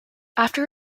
after